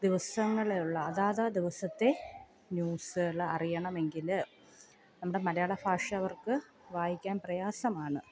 ദിവസങ്ങളേയുള്ള അതാതു ദിവസത്തെ ന്യൂസുകൾ അറിയണമെങ്കിൽ നമ്മുടെ മലയാളഭാഷ അവർക്ക് വായിക്കാൻ പ്രയാസമാണ്